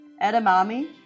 edamame